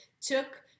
took